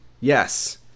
Yes